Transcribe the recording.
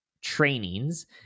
trainings